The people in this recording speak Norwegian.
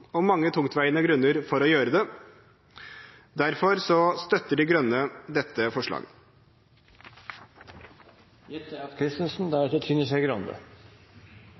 og mange tungtveiende grunner for å gjøre det. Derfor støtter Miljøpartiet De Grønne dette